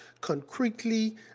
concretely